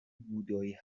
بودایی